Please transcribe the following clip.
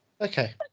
Okay